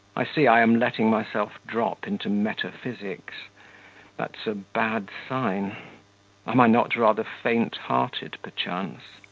i see i am letting myself drop into metaphysics that's a bad sign am i not rather faint-hearted, perchance?